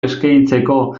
eskegitzeko